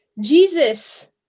Jesus